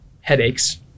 headaches